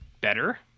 better